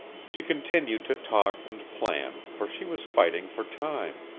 she continued to talk and plan, for she was fighting for time.